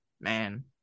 man